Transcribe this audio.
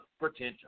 potential